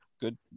good